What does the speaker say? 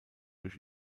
durch